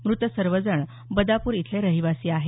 मृत सर्वजण बदापूर इथले रहिवासी आहेत